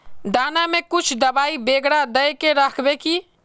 दाना में कुछ दबाई बेगरा दय के राखबे की?